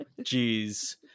jeez